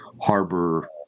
harbor